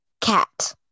Cat